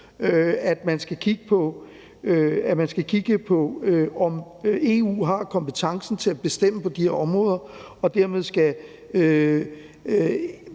at man skal kigge på, om EU har kompetencen til at bestemme på de her områder og der dermed skal